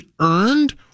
earned